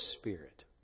spirit